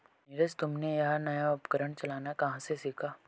नीरज तुमने यह नया उपकरण चलाना कहां से सीखा?